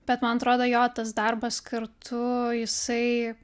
bet man atrodo jo tas darbas kartu jisai